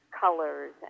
colors